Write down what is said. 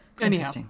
Anyhow